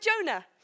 Jonah